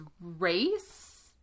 race